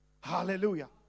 Hallelujah